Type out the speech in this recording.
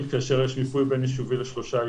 כאשר יש מיפוי בין-יישובי לשלושה יישובים.